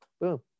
boom